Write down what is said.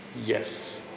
Yes